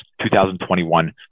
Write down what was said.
2021